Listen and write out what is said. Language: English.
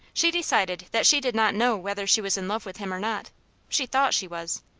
she decided that she did not know whether she was in love with him or not she thought she was.